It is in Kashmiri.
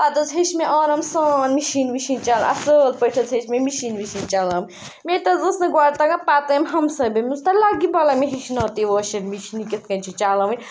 پَتہٕ حظ ہیٚچھ مےٚ آرام سان مِشیٖن وِشیٖن چَل اَصٕل پٲٹھۍ حظ ہیٚچھ مےٚ مِشیٖن وِشیٖن چَلاوٕنۍ مےٚ تہِ حظ اوس نہٕ گۄڈٕ تَگان پَتہٕ آیَم ہمساے باے مےٚ دوٚپُس تَلہٕ لَگیہِ بلاے مےٚ ہیٚچھناوتہٕ یہِ واشنٛگ مِشیٖن یہِ کِتھ کٔنۍ چھِ چَلاوٕنۍ